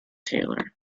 taylor